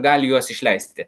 gali juos išleisti